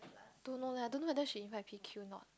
don't know leh I don't know whether she invite P_Q or not